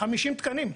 50 תקנים.